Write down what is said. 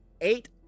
eight